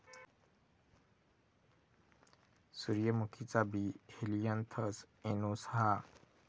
सूर्यमुखीचा बी helianthus annuus हा